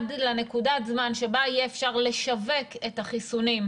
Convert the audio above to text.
ועד לנקודת הזמן בה יהיה אפשר לשווק את החיסונים,